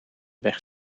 weg